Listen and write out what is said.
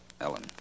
Ellen